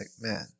man